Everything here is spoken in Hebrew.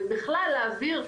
ובכלל להעביר,